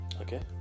Okay